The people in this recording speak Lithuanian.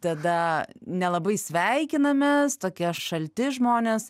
tada nelabai sveikinamės tokie šalti žmonės